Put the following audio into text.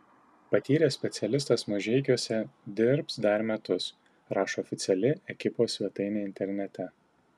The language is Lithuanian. patyręs specialistas mažeikiuose dirbs dar metus rašo oficiali ekipos svetainė internete